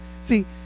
See